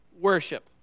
Worship